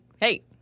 Hey